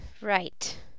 Right